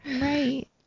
Right